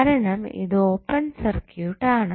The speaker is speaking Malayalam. കാരണം ഇത് ഓപ്പൺ സർക്യൂട്ട് ആണ്